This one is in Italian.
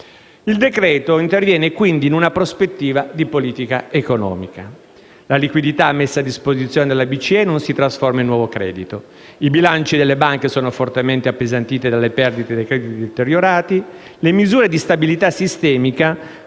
Il decreto interviene quindi in una prospettiva di politica economica: la liquidità messa a disposizione dalla BCE non si trasforma in nuovo credito; i bilanci delle banche sono fortemente appesantiti dalle perdite e dai crediti deteriorati; le misure di stabilità sistemica